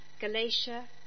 Galatia